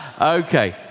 Okay